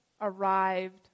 arrived